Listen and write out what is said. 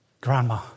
grandma